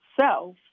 self